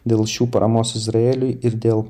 dėl šių paramos izraeliui ir dėl